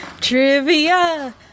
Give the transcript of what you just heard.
trivia